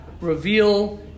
reveal